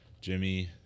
Jimmy